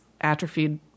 atrophied